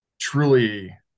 truly